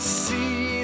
see